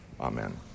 amen